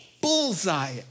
bullseye